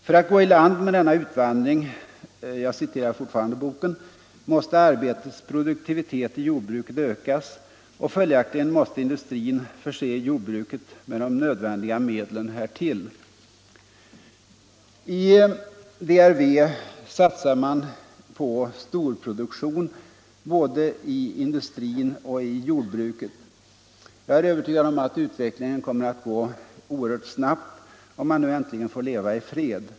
För att gå i land med denna utvandring måste arbetets produktivitet i jordbruket ökas, och följaktligen måste industrin förse jordbruket med de nödvändiga medlen härtitt.” I DRV satsar man på storproduktion både i industrin och i jordbruket. Jag är övertygad om att utvecklingen kommer att gå oerhört snabbt, om man nu äntligen får leva i fred.